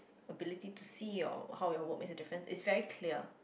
ability to see your how your work makes a difference is very clear